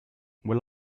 will